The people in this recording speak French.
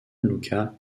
luca